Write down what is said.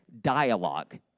dialogue